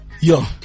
Yo